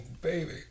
baby